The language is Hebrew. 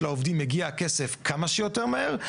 שלעובדים מגיע הכסף כמה שיותר מהר,